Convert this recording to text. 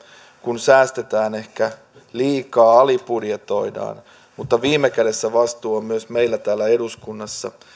kun säästetään ehkä liikaa alibudjetoidaan mutta viime kädessä vastuu on myös meillä täällä eduskunnassa siitä